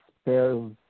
spells